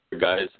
guys